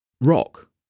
rock